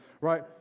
right